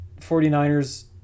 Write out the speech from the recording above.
49ers